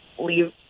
leave